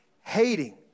hating